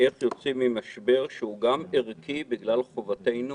איך יוצאים מהמשבר, שהוא גם ערכי בגלל חובתנו